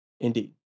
Indeed